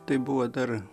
tai buvo dar